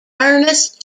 ernest